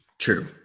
True